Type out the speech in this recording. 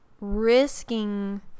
risking